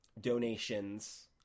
donations